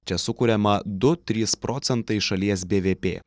čia sukuriama du trys procentai šalies bvp